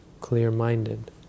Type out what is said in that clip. clear-minded